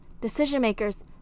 decision-makers